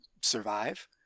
survive